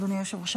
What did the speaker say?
אדוני היושב-ראש?